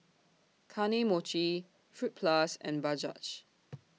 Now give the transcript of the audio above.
Kane Mochi Fruit Plus and Bajaj